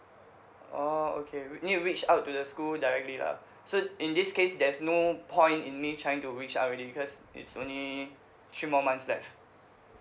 orh okay we need to reach out to the school directly lah so in this case there's no point in me trying to reach out already because it's only three more months left